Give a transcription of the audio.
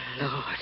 Lord